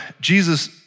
Jesus